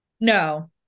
no